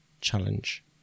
challenge